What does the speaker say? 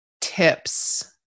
tips